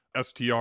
STR